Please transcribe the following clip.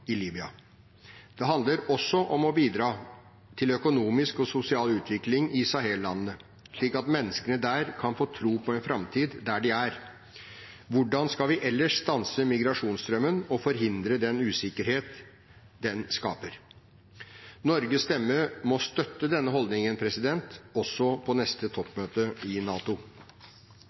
i Libya. Det handler også om å bidra til økonomisk og sosial utvikling i Sahel-landene, slik at menneskene der kan få tro på en framtid der de er. Hvordan skal vi ellers stanse migrasjonsstrømmen og forhindre den usikkerhet den skaper? Norges stemme må støtte denne holdningen, også på neste toppmøte i NATO.